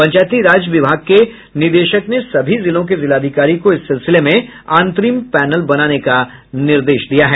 पंचायती विभाग के निदेशक ने सभी जिलों के जिलाधिकारी को इस सिलसिले में अंतरिम पैनल बनाने का निर्देश दिया है